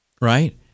right